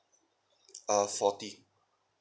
ah forty